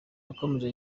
yakomeje